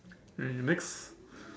okay next